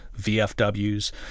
VFWs